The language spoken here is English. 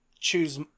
choose